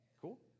Cool